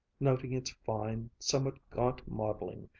noting its fine, somewhat gaunt modeling,